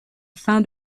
fin